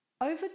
over